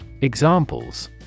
Examples